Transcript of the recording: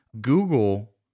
Google